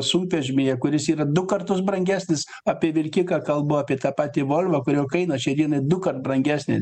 sunkvežimyje kuris yra du kartus brangesnis apie vilkiką kalbu apie tą patį volvą kurio kaina šiai dienai dukart brangesnė